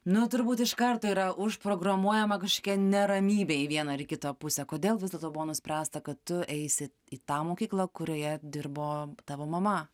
nu turbūt iš karto yra užprogramuojama kažkokia neramybė į vieną ar į kitą pusę kodėl vis dėlto buvo nuspręsta kad tu eisi į tą mokyklą kurioje dirbo tavo mama